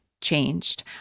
changed